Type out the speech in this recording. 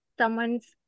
someone's